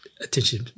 attention